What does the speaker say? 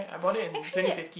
actually